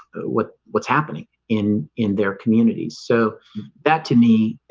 what what's happening in in their communities? so that to me,